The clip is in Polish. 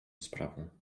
sprawą